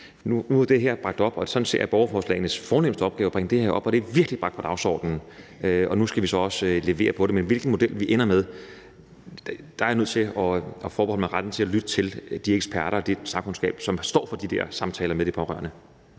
Nu er det her bragt op, og jeg ser det som borgerforslagenes fornemste opgave at bringe ting op, og det her er virkelig bragt på dagsordenen. Nu skal vi så også levere på det, men i forhold til hvilken model vi ender med, er jeg nødt til at forbeholde mig retten til at lytte til de eksperter og den sagkundskab, som står for de der samtaler med de pårørende.